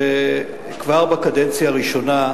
שכבר בקדנציה הראשונה,